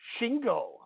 Shingo